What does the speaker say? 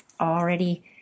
already